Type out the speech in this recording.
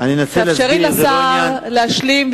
תאפשרי לשר להשלים,